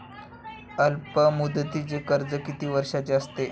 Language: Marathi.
अल्पमुदतीचे कर्ज किती वर्षांचे असते?